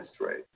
right